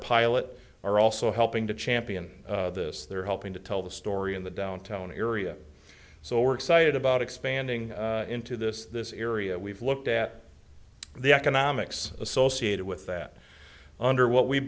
pilot are also helping to champion this they're helping to tell the story in the downtown area so we're excited about expanding into this this area we've looked at the economics associated with that under what we